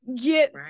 get